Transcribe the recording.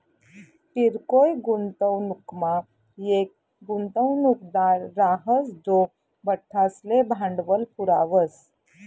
किरकोय गुंतवणूकमा येक गुंतवणूकदार राहस जो बठ्ठासले भांडवल पुरावस